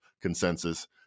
consensus